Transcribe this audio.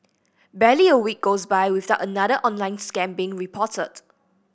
barely a week goes by without another online scam being reported